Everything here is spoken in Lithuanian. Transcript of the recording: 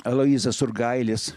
aloyzas surgailis